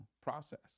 process